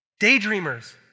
Daydreamers